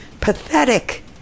pathetic